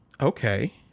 Okay